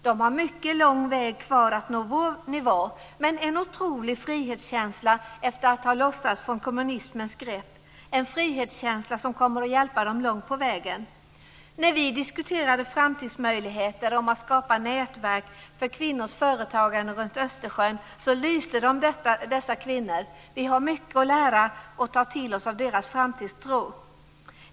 De har mycket lång väg kvar till att nå vår nivå, men en otrolig frihetskänsla efter att ha lossats från kommunismens grepp, en frihetskänsla som kommer att hjälpa dem långt på vägen. När vi diskuterade framtidsmöjligheter att skapa nätverk för kvinnors företagande runt Östersjön lyste det om dessa kvinnor. Vi har mycket att lära och ta till oss av deras framtidstro.